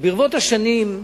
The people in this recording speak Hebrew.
וברבות השנים,